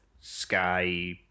Sky